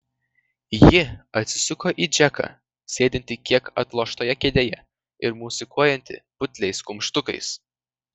ji atsisuko į džeką sėdintį kiek atloštoje kėdėje ir mosikuojantį putliais kumštukais